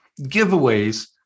Giveaways